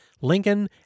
Lincoln